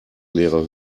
leere